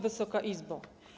Wysoka Izbo!